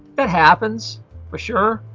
that happens for sure,